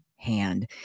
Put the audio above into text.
hand